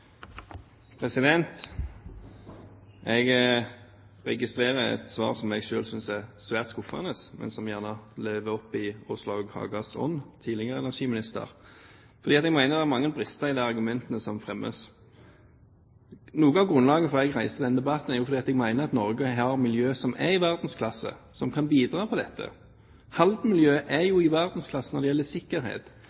svært skuffende, men som gjerne lever opp til tidligere energiminister Åslaug Hagas ånd. For jeg mener det er mange brister i de argumentene som fremmes. Noe av grunnlaget for at jeg reiste denne debatten, er at jeg mener at Norge har et miljø som er i verdensklasse, som kan bidra på dette. Halden-miljøet er